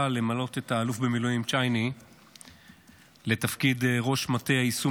למנות את האלוף במילואים צ'ייני לתפקיד ראש מטה יישום